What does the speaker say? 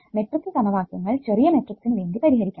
matrix സമവാക്യങ്ങൾ ചെറിയ മെട്രിക്സിനു വേണ്ടി പരിഹരിക്കാം